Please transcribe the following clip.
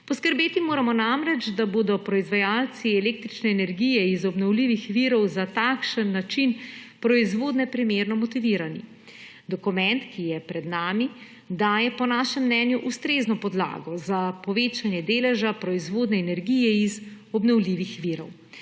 Poskrbeti moramo namreč, da bodo proizvajalci električne energije iz obnovljivih virov za takšen način proizvodnje primerno motivirani. Dokument, ki je pred nami, daje po našem mnenju ustrezno podlago za povečanje deleža proizvodnje energije iz obnovljivih virov.